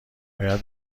باید